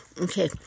Okay